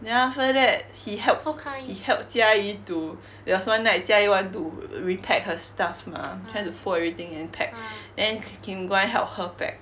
then after that he help he help jia yi to there was one night jia yi want to repack her stuff mah try to fold everything and then pack then he came over to help her pack